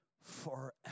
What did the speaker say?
forever